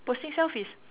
posting selfies